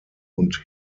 und